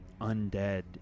undead